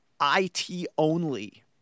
IT-only